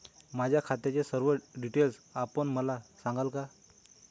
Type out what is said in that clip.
माझ्या खात्याचे सर्व डिटेल्स आपण मला सांगाल का?